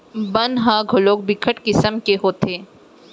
बन ह घलोक बिकट किसम के होथे